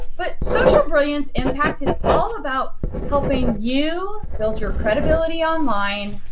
but social brilliance impact! is all about helping you build your credibility online,